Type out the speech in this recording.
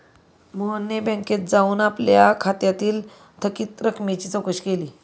मोहनने बँकेत जाऊन आपल्या खात्यातील थकीत रकमेची चौकशी केली